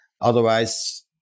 Otherwise